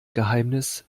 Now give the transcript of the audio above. geheimnis